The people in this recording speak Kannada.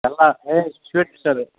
ಎಲ್ಲ ಹೈ ಸ್ವೀಟ್ ಸರ್ವಿಸ್